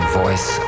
voice